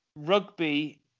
Rugby